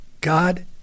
God